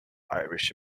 irish